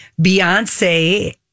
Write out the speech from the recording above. Beyonce